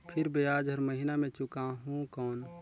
फिर ब्याज हर महीना मे चुकाहू कौन?